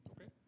Okay